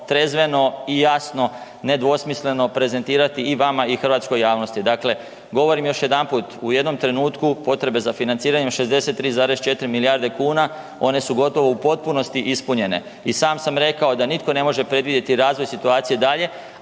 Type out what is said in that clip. trezveno i jasno, nedvosmisleno prezentirati i vama i hrvatskoj javnosti. Dakle, govorim još jedanput u jednom trenutku potrebe za financiranjem 63,4 milijarde kuna one su gotovo u potpunosti ispunjene. I sam sam rekao da nitko ne može predvidjeti razvoj situacije dalje,